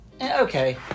Okay